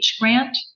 grant